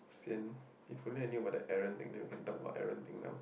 sien if I knew about the Allen thing then we can talk about Allen thing now